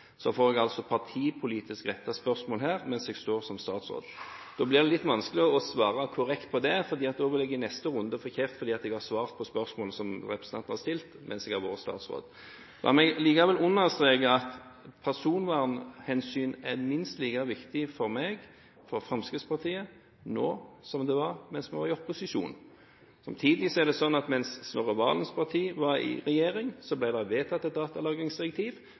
Så får jeg altså partipolitisk rettet spørsmål mens jeg står her som statsråd. Da blir det litt vanskelig å svare korrekt på dette, for da vil jeg i neste runde få kjeft fordi jeg har svart på spørsmålet som representanten har stilt – mens jeg har vært statsråd. La meg likevel understreke at personvernhensyn er minst like viktig for meg og Fremskrittspartiet nå som det var da vi var i opposisjon. Samtidig er det sånn at mens Snorre Serigstad Valens parti var i regjering, ble det vedtatt et datalagringsdirektiv